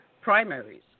primaries